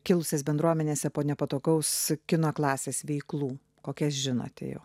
kilusias bendruomenėse po nepatogaus kino klasės veiklų kokias žinote